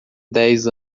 dez